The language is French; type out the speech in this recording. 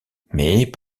mais